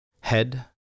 Head